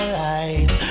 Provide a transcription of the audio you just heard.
right